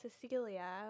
Cecilia